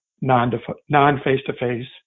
non-face-to-face